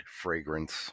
Fragrance